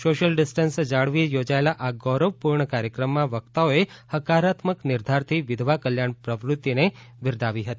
social distant જાળવી યોજાયેલ આ ગૌરવ પૂર્ણ કાર્યક્રમ માં વક્તાઓ એ હકારાત્મક નિર્ધારથી વિધવા કલ્યાણ પ્રવૃત્તિ ને બિરદાવી હતી